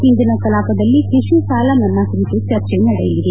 ಇಂದಿನ ಕಲಾಪದಲ್ಲಿ ಕೃಷಿ ಸಾಲ ಮನ್ನಾ ಕುರಿತು ಚರ್ಚೆ ನಡೆಯಲಿದೆ